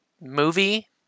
movie